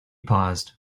paused